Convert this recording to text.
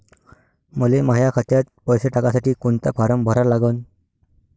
मले माह्या खात्यात पैसे टाकासाठी कोंता फारम भरा लागन?